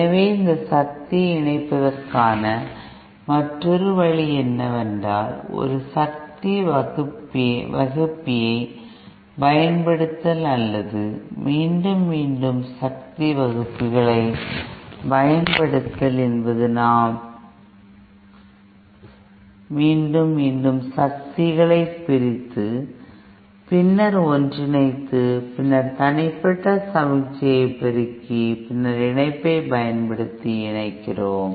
எனவே இந்த சக்தியை இணைப்பதற்கான மற்றொரு வழி என்னவென்றால் ஒரு சக்தி வகுப்பிஐ பயன்படுத்துதல் அல்லது மீண்டும் மீண்டும் சக்தி வகுப்பிகளைப் பயன்படுத்துதல் என்பது நாம் மீண்டும் மீண்டும் சக்திகளைப் பிரித்து பின்னர் ஒன்றிணைத்து பின்னர் தனிப்பட்ட சமிக்ஞைகளைப் பெருக்கி பின்னர் இணைப்பைப் பயன்படுத்தி இணைக்கிறோம்